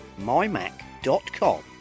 mymac.com